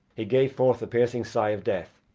he gave forth the piercing sigh of death,